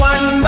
One